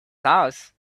house